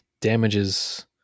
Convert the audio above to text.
damages